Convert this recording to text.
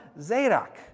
Zadok